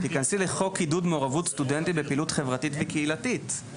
תיכנסי לחוק עידוד מעורבות סטודנטים בפעילות חברתית וקהילתית.